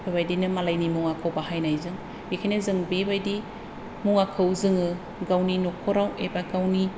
बेबायदिनो मालायनि मुवाखौ बाहायनायजों बेखायनो जों बेबायदि मुवाखौ जोङो गावनि न'खराव एबा गावनि